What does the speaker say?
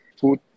food